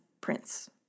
Prince